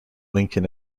lincoln